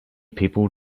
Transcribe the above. people